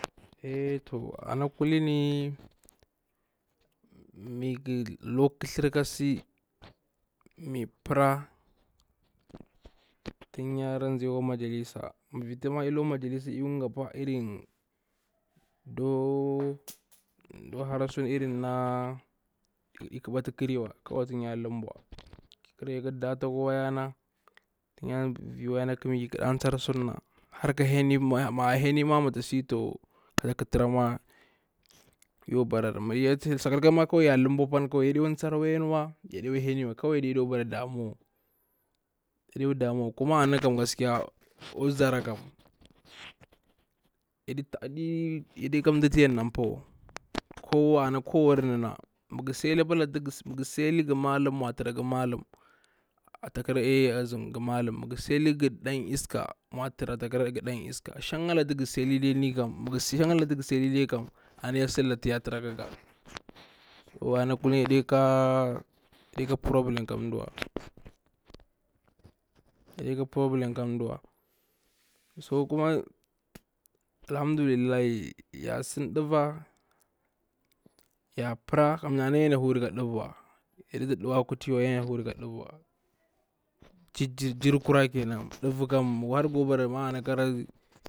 A'a to ana kulini miƙa lu kwa ƙathar ka si, mi pira tin yara nzi akwa majalisa ma vittue lukwa majalisa, mi bakwa nga dakwa hara sulaka natu aɗi ƙaɓatu ƙariwa tin ya lumbwa ƙida ya ka data akwa wayana tun ya vi waya na tun ya ringa chakul irisu har ki heni ma heni taksi ma to, kata ƙatara ma yakwa barari, sakakka ina lunbwa yaɗi kwa heni wa, kawai yaɗi bara damuwa, koma kam anna gaskiya akwa zara kam aɗi ya ɗi ka mda natu yar na pa wa ko wari ana, ma nga sili akwa luktu nga silalari apan antu ma tara ata kura ce azan nga mallam. Ima i mallam, masa silali nga ɗan iska, mwa tara a takara nga ɗan iska, shan luktu nga ni kam ana yaɗikam amma ik sida luktu ya tara kaga. To amma ya ɗika ɗika problem ɗika problem ka nda wa, so kuma alhamdullilahi ya sim ɗiva, ya para kamyar inna ya ɗi na huri ka ɗiik wa, ya ɗita huri ka kutiwa jirkurari ke nan ɗiva kam ma har nga kwa bara ma, a'a to.